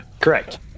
Correct